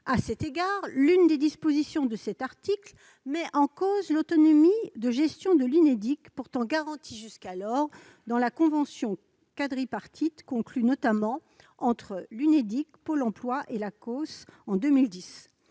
À ce sujet, l'une des dispositions de cet article met en cause l'autonomie de gestion de l'Unédic, pourtant garantie jusqu'à présent dans la convention quadripartite conclue notamment entre l'Unédic, Pôle emploi et l'Agence